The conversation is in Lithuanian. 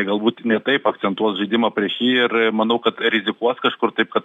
galbūt ne taip akcentuos žaidimą prieš jį ir manau kad rizikuos kažkur taip kad